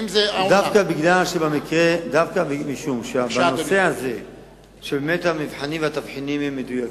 דווקא משום שבנושא הזה המבחנים והתבחינים הם מדויקים,